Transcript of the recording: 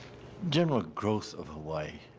general growth of hawai'i.